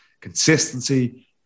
consistency